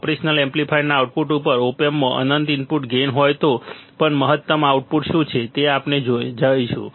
operational એમ્પ્લીફાયરના output ઉપર op એમ્પમાં અનંત ઇનપુટ ગેઇન હોય તો પણ મહત્તમ આઉટપુટ શું છે તે આપણે જોઇશું